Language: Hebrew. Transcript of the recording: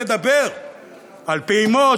נדבר על פעימות,